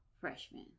Freshman